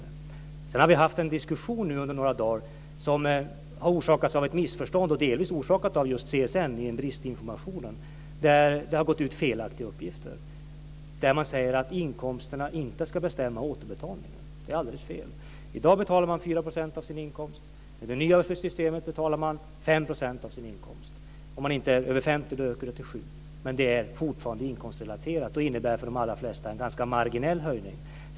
Vi har under några dagar haft en diskussion som grundar sig på ett missförstånd, delvis orsakat av CSN genom en brist i informationen. Det har gått ut felaktiga uppgifter, innebärande att inkomsterna inte ska bestämma återbetalningen. Det är alldeles fel. I dag betalar man 4 % av sin inkomst. I det nya systemet betalar man 5 % av sin inkomst, och för den som är över 50 ökar återbetalningen till 7 %, men den är fortfarande inkomstrelaterad. Det är för de allra flesta en ganska marginell höjning.